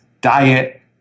diet